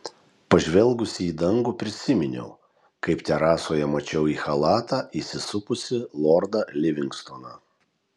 pažvelgusi į dangų prisiminiau kaip terasoje mačiau į chalatą įsisupusį lordą livingstoną